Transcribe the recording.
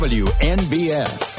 wnbf